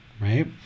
right